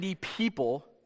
people